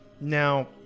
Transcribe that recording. Now